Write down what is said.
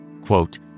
quote